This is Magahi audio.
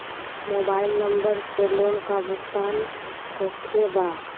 मोबाइल नंबर से लोन का भुगतान होखे बा?